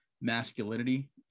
masculinity